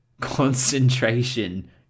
concentration